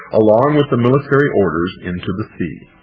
along with the military orders, into the sea.